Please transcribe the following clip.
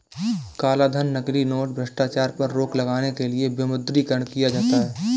कालाधन, नकली नोट, भ्रष्टाचार पर रोक लगाने के लिए विमुद्रीकरण किया जाता है